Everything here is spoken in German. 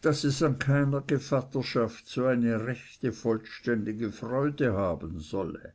daß es an keiner gevatterschaft so eine rechte vollständige freude haben solle